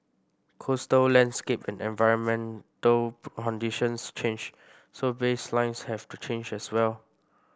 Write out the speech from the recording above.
coastal landscape and environmental conditions change so baselines have to change as well